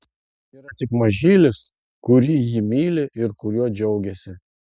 yra tik mažylis kurį ji myli ir kuriuo džiaugiasi